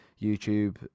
youtube